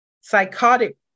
psychotic